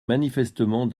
manifestement